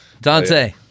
Dante